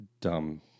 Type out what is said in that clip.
dumb